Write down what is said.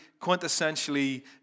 quintessentially